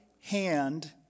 hand